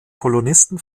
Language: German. kolonisten